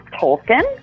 Tolkien